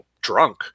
Drunk